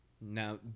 now